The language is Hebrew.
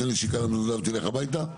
תן נשיקה תעזוב תלך הביתה?